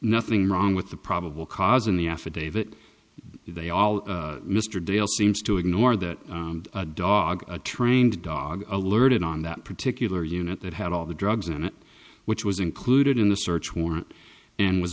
nothing wrong with the probable cause in the affidavit they all mr dale seems to ignore that dog a trained dog alerted on that particular unit that had all the drugs in it which was included in the search warrant and was